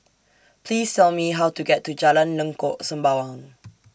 Please Tell Me How to get to Jalan Lengkok Sembawang